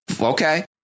okay